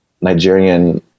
Nigerian